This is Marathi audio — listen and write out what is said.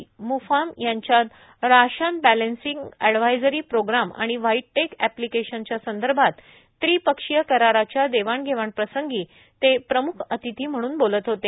ए मूफार्म यांच्यात राशन बॅलेसिंग एडव्हायझरी प्रोग्राम आणि व्हाईट टेक एप्लीकेशनच्या संदर्भात त्रि पक्षीय कराराच्या देवाण घेवाणप्रसंगी ते प्रम्ख अतिथी म्हणून बोलत होते